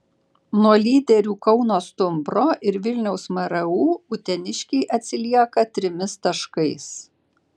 nuo lyderių kauno stumbro ir vilniaus mru uteniškiai atsilieka trimis taškais